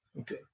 Okay